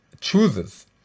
chooses